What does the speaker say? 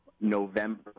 November